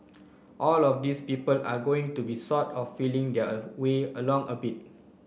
all of these people are going to be sort of feeling their way along a bit